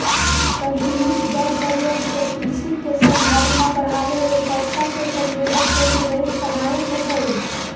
संतुलित जल प्रयोग से कृषि के संभावना बढ़ावे में पत्ता के संवेदक यंत्र बहुत सहायक होतई